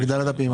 זה הגדלת הפעימה.